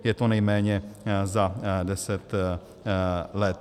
Je to nejméně za deset let.